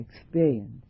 experience